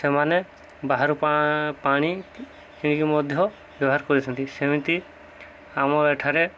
ସେମାନେ ବାହାରୁ ପା ପାଣି କିଣିକି ମଧ୍ୟ ବ୍ୟବହାର କରିଛନ୍ତି ସେମିତି ଆମ ଏଠାରେ